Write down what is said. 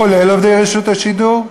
כולל עובדי רשות השידור,